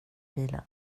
bilen